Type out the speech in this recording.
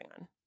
on